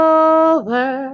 over